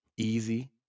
easy